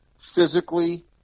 physically